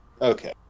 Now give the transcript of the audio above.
Okay